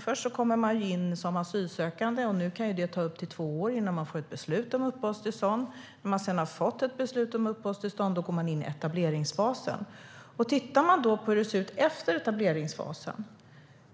Först kommer man in som asylsökande, och nu kan det ta upp till två år innan man får ett beslut om uppehållstillstånd. När man sedan har fått ett beslut om uppehållstillstånd går man in i etableringsfasen. Tittar vi på hur det ser ut efter etableringsfasen